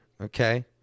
Okay